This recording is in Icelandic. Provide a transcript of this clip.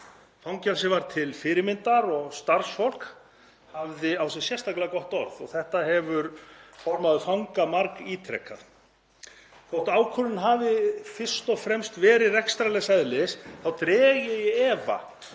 Fangelsið var til fyrirmyndar og starfsfólk hafði á sér sérstaklega gott orð og þetta hefur formaður félags fanga margítrekað. Þótt ákvörðunin hafi fyrst og fremst verið rekstrarlegs eðlis þá dreg ég í efa